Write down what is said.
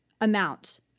amount